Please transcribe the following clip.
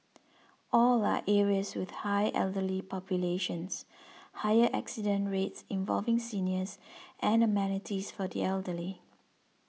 all are areas with high elderly populations higher accident rates involving seniors and amenities for the elderly